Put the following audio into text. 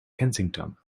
kensington